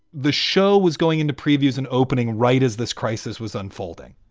the show was going into previews and opening right as this crisis was unfolding.